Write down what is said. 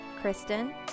Kristen